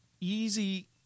easy